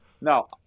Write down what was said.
no